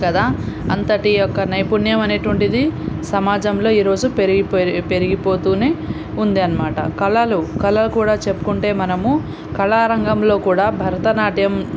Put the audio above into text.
కదా అంతటియొక్క నైపుణ్యం అనేటువంటిది సమాజంలో ఈరోజు పెరిగిపోయి పెరిగిపోతూనే ఉంది అన్నమాట కళలు కళ కూడా చెప్పుకుంటే మనము కళారంగంలో కూడా భరతనాట్యం